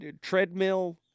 Treadmill